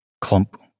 Clump